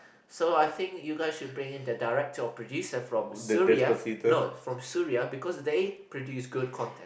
so I think you guys should bring in the director or producer from Suria no from Suria because they produce good content